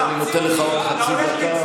אז אני נותן לך עוד חצי דקה.